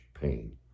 pain